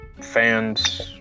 fans